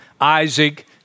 Isaac